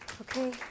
Okay